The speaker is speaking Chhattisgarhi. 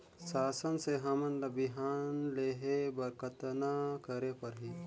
शासन से हमन ला बिहान लेहे बर कतना करे परही?